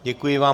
Děkuji vám.